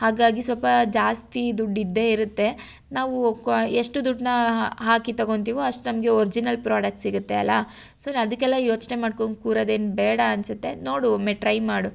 ಹಾಗಾಗಿ ಸ್ವಲ್ಪ ಜಾಸ್ತಿ ದುಡ್ಡು ಇದ್ದೇ ಇರುತ್ತೆ ನಾವು ಕೊ ಎಷ್ಟು ದುಡ್ಡನ್ನ ಹಾಕಿ ತೊಗೋತೀವೋ ಅಷ್ಟು ನಮಗೆ ಒರ್ಜಿನಲ್ ಪ್ರಾಡಕ್ಟ್ ಸಿಗುತ್ತೆ ಅಲ್ಲಾ ಸೊ ನಾನು ಅದಕ್ಕೆಲ್ಲ ಯೋಚನೆ ಮಾಡ್ಕೊಂಡು ಕೂರೋದೇನು ಬೇಡ ಅನ್ಸುತ್ತೆ ನೋಡು ಒಮ್ಮೆ ಟ್ರೈ ಮಾಡು